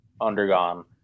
undergone